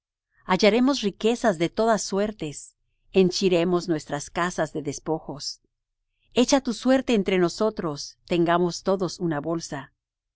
hallaremos riquezas de todas suertes henchiremos nuestras casas de despojos echa tu suerte entre nosotros tengamos todos una bolsa